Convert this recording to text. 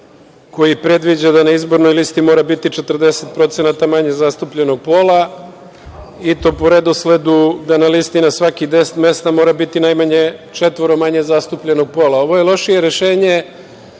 koji predviđa da na izbornoj listi mora biti 40% manje zastupljenog pola i to po redosledu da na listi na svakih 10 mesta mora biti najmanje četvoro manje zastupljenog pola. Ovo je lošije rešenje